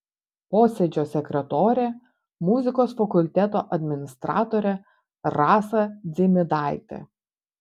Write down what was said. posėdžio sekretorė muzikos fakulteto administratorė rasa dzimidaitė